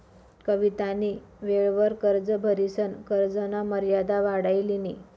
कवितानी वेळवर कर्ज भरिसन कर्जना मर्यादा वाढाई लिनी